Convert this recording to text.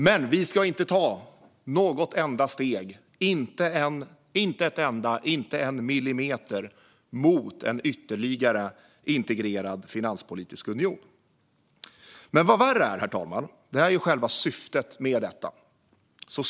Men vi ska inte ta något enda steg - inte ett enda, inte en millimeter - mot en ytterligare integrerad finanspolitisk union. Vad värre är, herr talman, är själva syftet med detta.